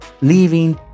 leaving